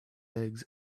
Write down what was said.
eggs